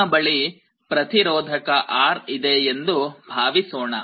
ನಿಮ್ಮ ಬಳಿ ಪ್ರತಿರೋಧಕ R ಇದೆ ಎಂದು ಭಾವಿಸೋಣ